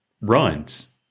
runs